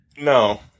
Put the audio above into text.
No